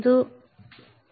बिंदू समाप्त